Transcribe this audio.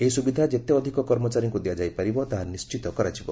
ଏହି ସୁବିଧା ଯେତେ ଅଧିକ କର୍ମଚାରୀଙ୍କୁ ଦିଆଯାଇ ପାରିବ ତାହା ନିର୍ଚ୍ଚିତ କରାଯିବ